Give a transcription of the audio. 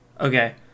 okay